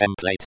Template